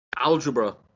algebra